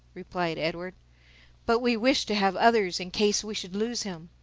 replied edward but we wished to have others in case we should lose him.